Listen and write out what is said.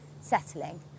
settling